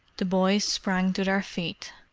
the boys sprang to their feet.